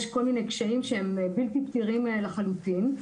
יש כל מיני קשיים, שהם בלתי פתירים לחלוטין,